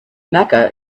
mecca